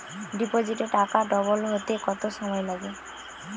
ডিপোজিটে টাকা ডবল হতে কত সময় লাগে?